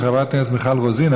של חברת הכנסת מיכל רוזין,